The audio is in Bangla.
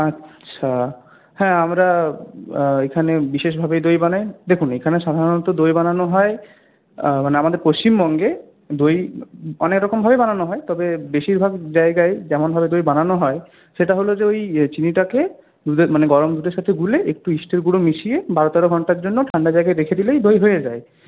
আচ্ছা হ্যাঁ আমরা এখানে বিশেষভাবে দই বানাই দেখুন এখানে সাধারণত দই বানানো হয় মানে আমাদের পশ্চিমবঙ্গে দই অনেকরকম ভাবেই বানানো হয় তবে বেশিরভাগ জায়গায় যেমন ভাবে দই বানানো হয় সেটা হল যে ওই চিনিটা মানে গরম দুধের সাথে গুলে একটু ইস্টের গুঁড়ো মিশিয়ে বারো তেরো ঘণ্টার জন্য ঠাণ্ডা জায়গায় রেখে দিলে দই হয়ে যায়